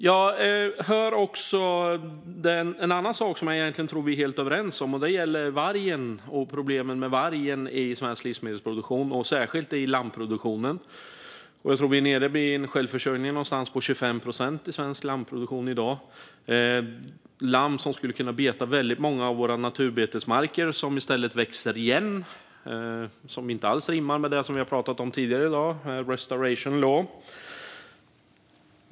Jag hör också en annan sak som jag egentligen tror att vi är helt överens om. Det gäller vargen och problemen med den i svensk livsmedelsproduktion, särskilt i lammproduktionen. Jag tror att vi är nere på en självförsörjning någonstans runt 25 procent i svensk lammproduktion i dag. Lamm skulle kunna beta på många av våra naturbetesmarker, som i stället växer igen. Det rimmar inte alls med det som vi har pratat om tidigare i dag, Nature Restoration Law.